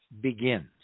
begins